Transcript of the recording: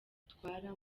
bitwara